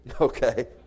Okay